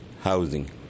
housing